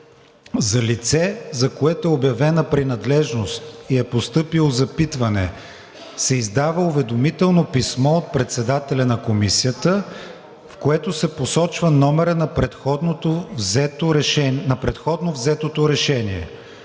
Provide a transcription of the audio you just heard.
„За лице, за което е обявена принадлежност и е постъпило запитване, се издава уведомително писмо от председателя на Комисията, в което се посочва номерът на предходно взетото решение.